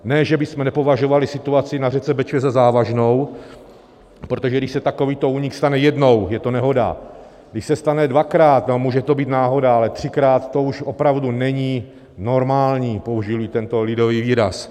Ne že bychom nepovažovali situaci na řece Bečvě za závažnou, protože když se takovýto únik stane jednou, je to nehoda, když se stane dvakrát, může to být náhoda, ale třikrát, to už opravdu není normální, použijili tento lidový výraz.